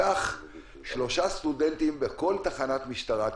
קח שלושה סטודנטים בכל תחנת משטרה,